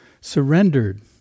surrendered